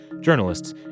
journalists